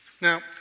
Now